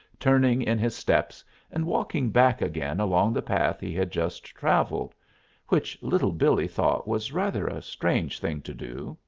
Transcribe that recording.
turning in his steps and walking back again along the path he had just traveled which little billee thought was rather a strange thing to do.